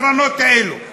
הקרנות האלה.